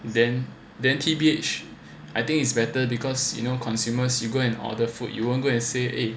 then then T_B_H I think it's better because you know consumers you go and order food you won't go and say eh